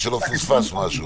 ושלא פספסנו משהו.